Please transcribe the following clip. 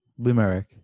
Lumeric